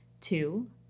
Two